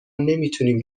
نمیتونیم